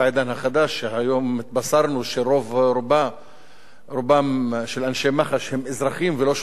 היום התבשרנו שרוב-רובם של אנשי מח"ש הם אזרחים ולא שוטרים לשעבר,